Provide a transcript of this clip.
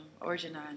Origin